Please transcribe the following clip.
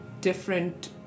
different